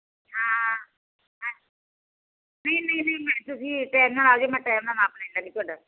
ਹਾਂ ਨਹੀਂ ਨਹੀਂ ਨਹੀਂ ਤੁਸੀਂ ਟਾਇਮ ਨਾਲ ਆ ਜਾਇਓ ਮੈਂ ਟਾਈਮ ਨਾਲ ਨਾਪ ਲੈ ਲਵਾਂਗੀ ਤੁਹਾਡਾ